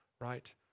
right